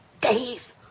days